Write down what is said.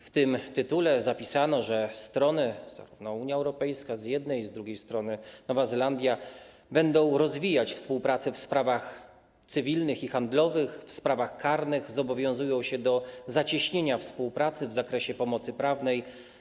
W tym tytule zapisano, że strony, Unia Europejska z jednej strony, z drugiej strony Nowa Zelandia, będą rozwijać współpracę w sprawach cywilnych i handlowych, w sprawach karnych, zobowiązują się do zacieśnienia współpracy w zakresie pomocy prawnej.